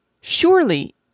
Surely